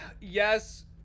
Yes